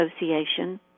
Association